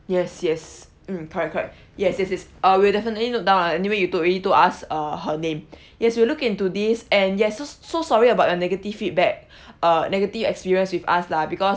yes yes mm correct correct yes yes yes uh we'll definitely note down lah anyway you told you already told us err her name yes we'll look into this and yes so so sorry about your negative feedback uh negative experience with us lah because